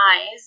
eyes